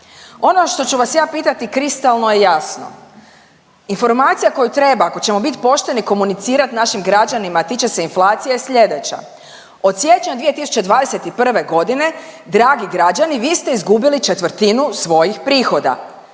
Ono što ću vas ja pitati kristalno je jasno. Informacija koju treba ako ćemo biti pošteni komunicirati našim građanima, a tiče se inflacije je slijedeća. Od siječnja 2021. godine dragi građani vi ste izgubili četvrtinu svojih prihoda